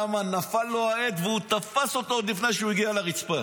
למה נפל לו העט והוא תפס אותו עוד לפני שהוא הגיע לרצפה.